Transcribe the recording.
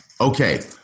Okay